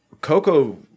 Coco